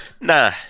nah